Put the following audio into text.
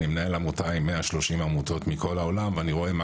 אני מנהל עמותה עם 130 עמותות מכל העולם ואני רואה מה